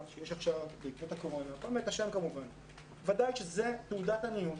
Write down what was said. שיש עכשיו בעקבות הקורונה היא תעודת עניות